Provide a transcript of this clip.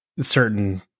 certain